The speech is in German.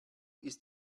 ist